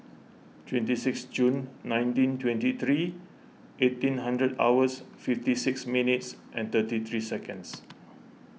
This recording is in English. twenty six June nineteen twenty three eighteen hundred hours fifty six minutes and thirty three seconds